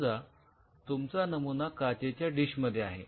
समजा तुमचा नमुना काचेच्या डिशमध्ये आहे